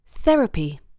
Therapy